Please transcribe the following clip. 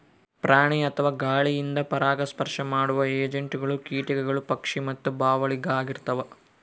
ಪ್ರಾಣಿ ಅಥವಾ ಗಾಳಿಯಿಂದ ಪರಾಗಸ್ಪರ್ಶ ಮಾಡುವ ಏಜೆಂಟ್ಗಳು ಕೀಟಗಳು ಪಕ್ಷಿ ಮತ್ತು ಬಾವಲಿಳಾಗಿರ್ತವ